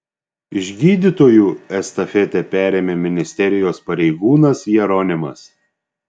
iš gydytojų estafetę perėmė ministerijos pareigūnas jeronimas